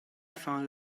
found